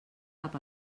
cap